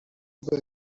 آشغالی